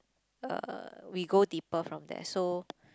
uh we go deeper from there so